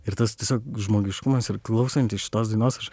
ir tas tiesiog žmogiškumas ir klausantis šitos dainos aš